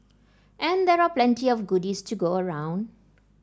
and there are plenty of goodies to go around